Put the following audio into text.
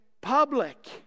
public